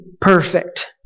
perfect